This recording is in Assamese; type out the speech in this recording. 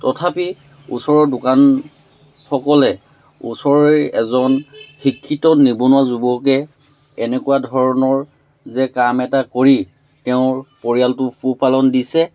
তথাপি ওচৰৰ দোকানসকলে ওচৰৰ এজন শিক্ষিত নিবনুৱা যুৱকে এনেকুৱা ধৰণৰ যে কাম এটা কৰি তেওঁৰ পৰিয়ালটো পোহপালন দিছে